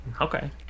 Okay